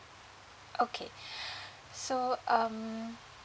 okay so um